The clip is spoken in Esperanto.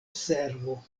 servo